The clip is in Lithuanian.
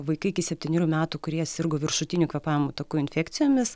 vaikai iki septynerių metų kurie sirgo viršutinių kvėpavimo takų infekcijomis